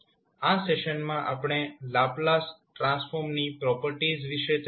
આ સેશનમાં આપણે લાપ્લાસ ટ્રાન્સફોર્મની પ્રોપર્ટીઝ વિશે ચર્ચા કરી